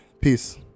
Peace